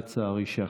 לצערי,